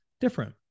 different